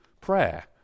prayer